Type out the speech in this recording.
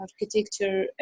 architecture